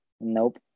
Nope